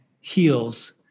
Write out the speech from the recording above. heals